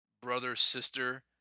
brother-sister